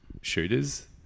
shooters